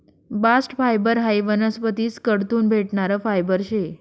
bast fibre हायी वनस्पतीस कडथून भेटणारं फायबर शे